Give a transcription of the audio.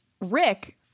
Rick